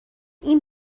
این